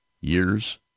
years